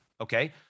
Okay